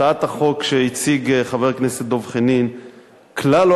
הצעת החוק שהציג חבר הכנסת דב חנין כלל לא